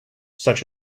such